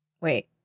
Wait